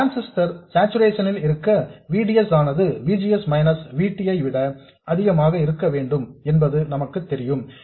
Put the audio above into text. transistor saturation ல் இருக்க V D S ஆனது V G S minus V T ஐ விட அதிகமாக இருக்க வேண்டும் என்பது நமக்குத் தெரியும்